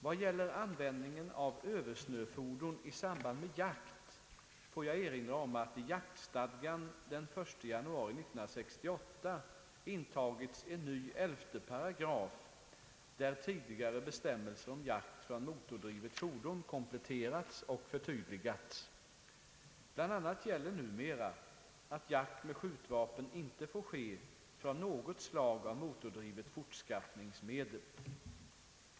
Vad gäller användningen av översnöfordon i samband med jakt får jag erinra om att i jaktstadgan den 1 januari 1968 intagits en ny 11 § där tidigare bestämmelser om jakt från motordrivet fordon kompletterats och förtydligats. Bl. a. gäller numera att jakt med skjutvapen inte får ske från något slag av motordrivet fortskaffningsmedel.